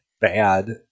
bad